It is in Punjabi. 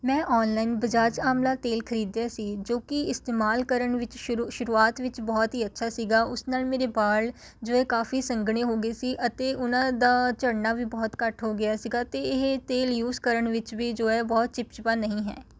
ਮੈਂ ਔਨਲਾਈਨ ਬਜ਼ਾਜ਼ ਆਮਲਾ ਤੇਲ ਖਰੀਦਿਆ ਸੀ ਜੋ ਕਿ ਇਸਤੇਮਾਲ ਕਰਨ ਵਿੱਚ ਸ਼ੁਰੂ ਸ਼ੁਰੂਆਤ ਵਿੱਚ ਬਹੁਤ ਹੀ ਅੱਛਾ ਸੀਗਾ ਉਸ ਨਾਲ ਮੇਰੇ ਵਾਲ਼ ਜੋ ਹੈ ਕਾਫ਼ੀ ਸੰਘਣੇ ਹੋ ਗਏ ਸੀ ਅਤੇ ਉਹਨਾਂ ਦਾ ਝੜਨਾ ਵੀ ਬਹੁਤ ਘੱਟ ਹੋ ਗਿਆ ਸੀਗਾ ਅਤੇ ਇਹ ਤੇਲ ਯੂਜ਼ ਕਰਨ ਵਿੱਚ ਵੀ ਜੋ ਹੈ ਚਿਪਚਿਪਾ ਨਹੀਂ ਹੈ